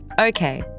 Okay